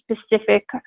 specific